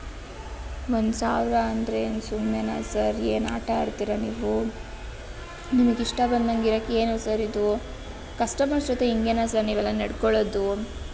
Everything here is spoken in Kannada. ಒಂದು ಸಾವಿರ ಅಂದರೆ ಏನು ಸುಮ್ಮನೇನಾ ಸರ್ ಏನು ಆಟಾಡ್ತೀರಾ ನೀವು ನಿಮಗೆ ಇಷ್ಟ ಬಂದಂಗಿರಕ್ಕೆ ಏನು ಸರ್ ಇದು ಕಸ್ಟಮರ್ಸ್ ಜೊತೆ ಹೀಗೆನಾ ಸರ್ ನೀವೆಲ್ಲ ನಡ್ಕೊಳ್ಳೋದು